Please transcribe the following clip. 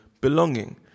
belonging